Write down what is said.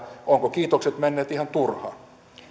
ovatko kiitokset menneet ihan turhaan